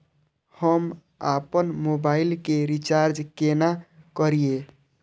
हम आपन मोबाइल के रिचार्ज केना करिए?